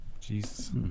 Jesus